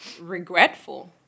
regretful